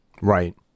Right